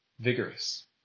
vigorous